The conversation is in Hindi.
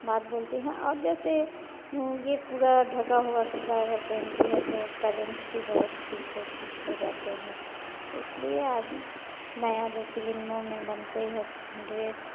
बात बोलते हैं और जैसे यह पूरा ढका हुआ कपड़ा अगर पहनती है तो पेरेंट्स भी बहुत ही ख़ुश हो जाते हैं इसलिए नया जो फ्लिमों में बनते हैं ड्रेस